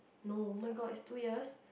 no oh-my-god is two years